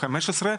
גיל 15,